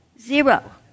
zero